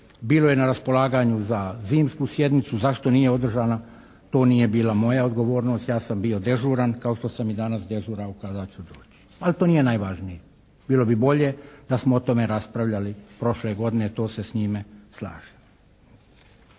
bilo je na raspolaganju za zimsku sjednicu. Zašto nije održana, to nije bila moja odgovornost. Ja sam bio dežuran kao što sam i danas dežuran kada ću doći. Ali to nije najvažnije. Bilo bi bolje da smo o tome raspravljali prošle godine, to se s njime slažem.